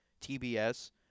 TBS